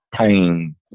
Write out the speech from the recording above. pain